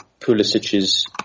Pulisic's